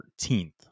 14th